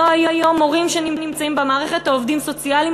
לא היום מורים שנמצאים במערכת או עובדים סוציאליים,